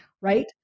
Right